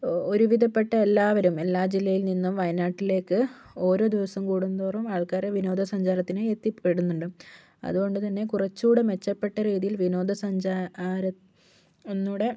ഒരു വിധപ്പെട്ട എല്ലാവരും എല്ലാ ജില്ലയിൽ നിന്നും വയനാട്ടിലേക്ക് ഓരോ ദിവസം കൂടുന്തോറും ആൾക്കാര് വിനോദസഞ്ചാരത്തിനായി എത്തിപ്പെടുന്നുണ്ട് അതുകൊണ്ടു തന്നെ കുറച്ചുകൂടെ മെച്ചപ്പെട്ട രീതിയിൽ വിനോദ സഞ്ചാര ഒന്നൂടെ